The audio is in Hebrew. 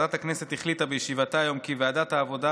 ועדת הכנסת החליטה בישיבתה היום כי ועדת העבודה,